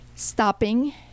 stopping